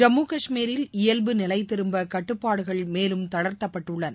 ஜம்மு காஷ்மீரில் இயல்பு நிலை திரும்ப கட்டுப்பாடுகள் மேலும் தளர்த்தப்பட்டுள்ளன